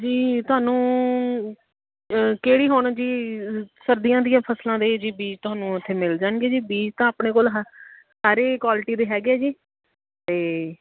ਜੀ ਤੁਹਾਨੂੰ ਕਿਹੜੀ ਹੁਣ ਜੀ ਸਰਦੀਆਂ ਦੀਆਂ ਫਸਲਾਂ ਦੇ ਜੀ ਬੀਜ ਤੁਹਾਨੂੰ ਉਥੇ ਮਿਲ ਜਾਣਗੇ ਜੀ ਬੀਜ ਤਾਂ ਆਪਣੇ ਕੋਲ ਹਰੇ ਕੁਆਲਿਟੀ ਦੇ ਹੈਗੇ ਜੀ ਅਤੇ